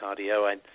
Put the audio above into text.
cardio